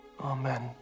Amen